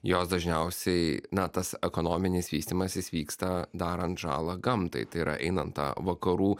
jos dažniausiai na tas ekonominis vystymasis vyksta darant žalą gamtai tai yra einant vakarų